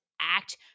act